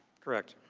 correct.